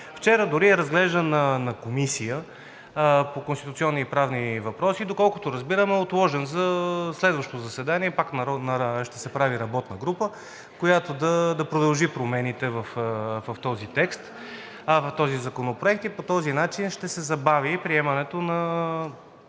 Вчера дори е разглеждан в Комисията по конституционни и правни въпроси – доколкото разбирам, е отложен за следващо заседание и пак ще се прави работна група, която да продължи промените в този законопроект. По този начин ще се забави и приемането на